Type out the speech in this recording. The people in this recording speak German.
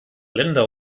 länder